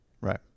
Right